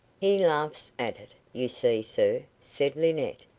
he laughs at it, you see, sir, said linnett,